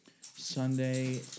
Sunday